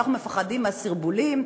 אנחנו מפחדים מהסרבולים.